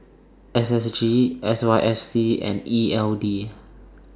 S S G S Y F C and E L D